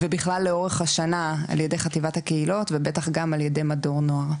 ובכלל לאורך השנה על ידי חטיבת הקהילות ובטח גם על ידי מדור נוער,